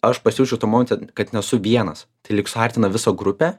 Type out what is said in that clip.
aš pasijaučiau tam momente kad nesu vienas tai lyg suartina visą grupę